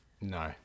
No